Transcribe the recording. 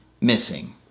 missing